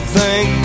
thank